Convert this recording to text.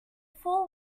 fool